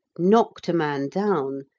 knocked a man down,